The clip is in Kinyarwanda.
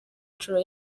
nshuro